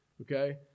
Okay